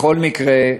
בכל מקרה,